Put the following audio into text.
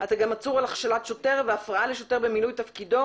אתה גם עצור על הכשלת שוטר והרעה לשוטר במילוי תפקידו.